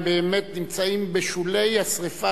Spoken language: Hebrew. הם באמת נמצאים בשולי השרפה,